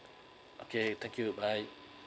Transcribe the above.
okay thank you bye